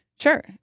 Sure